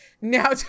now